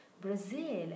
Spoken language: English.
Brazil